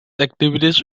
activities